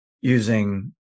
using